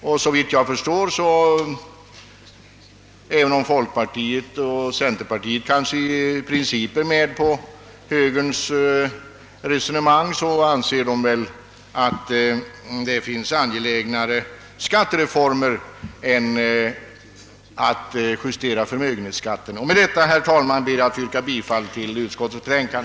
Och även om folkpartiet och centerpartiet i princip är med på högerns resonemang anser de, såvitt jag förstår, att det finns angelägnare skattereformer än att justera förmögenhetsskatten. Med detta ber jag, herr talman, att få yrka bifall till utskottets hemställan.